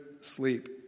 sleep